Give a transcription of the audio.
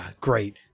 great